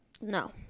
No